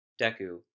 Deku